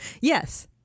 Yes